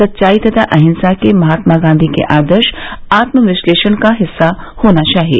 सच्चाई तथा अहिंसा के महात्मा गांधी के आदर्श आत्मविश्लेषण का हिस्सा होना चाहिए